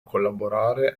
collaborare